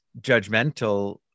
judgmental